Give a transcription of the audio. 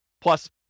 plus